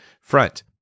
front